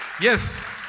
Yes